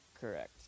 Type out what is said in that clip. Correct